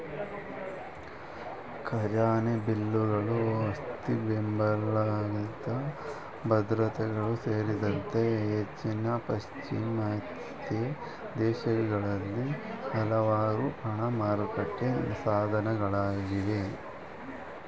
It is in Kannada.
ಖಜಾನೆ ಬಿಲ್ಲುಗಳು ಆಸ್ತಿಬೆಂಬಲಿತ ಭದ್ರತೆಗಳು ಸೇರಿದಂತೆ ಹೆಚ್ಚಿನ ಪಾಶ್ಚಿಮಾತ್ಯ ದೇಶಗಳಲ್ಲಿ ಹಲವಾರು ಹಣ ಮಾರುಕಟ್ಟೆ ಸಾಧನಗಳಿವೆ